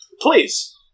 Please